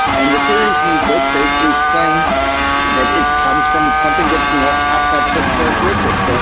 and the theories in these books basically explain that it comes from something that you know has to have certain characteristics. so